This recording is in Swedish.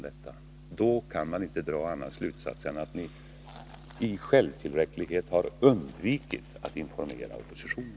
Då kan man inte dra någon annan slutsats än att ni i självtillräcklighet har undvikit att informera oppositionen.